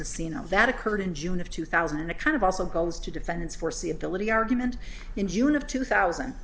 enough that occurred in june of two thousand and it kind of also goes to defendants foreseeability argument in june of two thousand